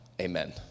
Amen